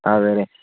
അതെയല്ലേ